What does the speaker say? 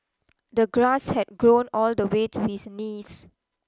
the grass had grown all the way to his knees